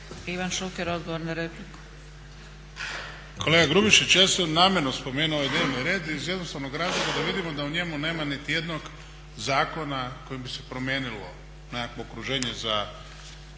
**Šuker, Ivan (HDZ)** Kolega Grubišić, ja sam namjerno spomenuo ovaj dnevni red iz jednostavnog razloga da vidimo da u njemu nema niti jednog zakona kojim bi se promijenilo nekakvo okruženje za